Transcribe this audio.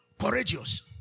Courageous